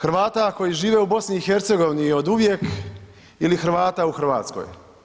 Hrvata koji žive u BiH-u je oduvijek ili Hrvata u Hrvatskoj.